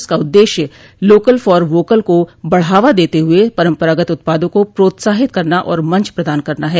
इसका उददेश्य local for vocal को बढ़ावा देते हुए परंपरागत उत्पादों को प्रोत्साहित करना और मंच प्रदान करना है